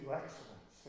excellence